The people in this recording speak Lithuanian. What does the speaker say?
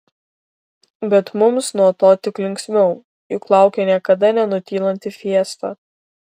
bet mums nuo to tik linksmiau juk laukia niekada nenutylanti fiesta